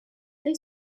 they